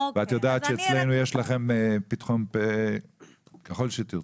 ואת יודעת שאצלנו יש לכם פתחון פה ככל שתירצו.